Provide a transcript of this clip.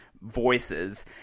voices